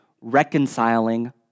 reconciling